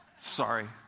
sorry